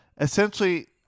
essentially